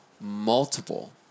multiple